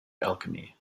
alchemy